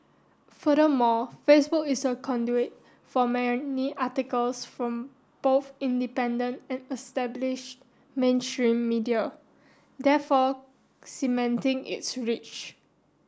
furthermore Facebook is a conduit for many articles from both independent and establish mainstream media therefore cementing its reach